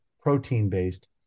protein-based